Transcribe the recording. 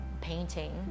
painting